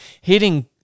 hitting